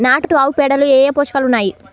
నాటు ఆవుపేడలో ఏ ఏ పోషకాలు ఉన్నాయి?